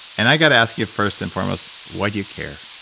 and i got to ask you first and foremost, why do you care?